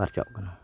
ᱯᱟᱨᱪᱟᱜ ᱠᱟᱱᱟ